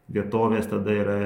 vietovės tada yra